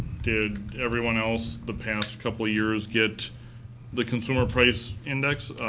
did everyone else the past couple of years get the consumer price index?